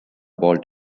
bald